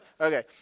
Okay